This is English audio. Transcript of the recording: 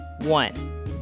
One